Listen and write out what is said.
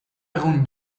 egun